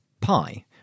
pi